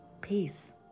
peace